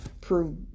prove